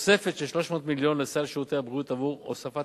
תוספת של 300 מיליון לסל שירותי הבריאות עבור הוספת